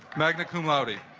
magna cum laude dj